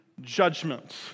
judgment